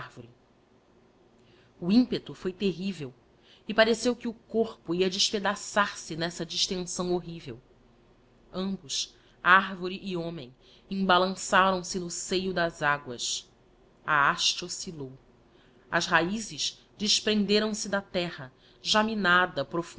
arvore o ímpeto foi terrível e pareceu que o digiti zedby google corpo ia despedaçar se nessa distensão horrível ambos arvore e homem embalançaram se no seio das aguas a haste oscillou as raizes desprenderam se da terra já minada